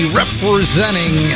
representing